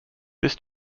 this